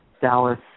Dallas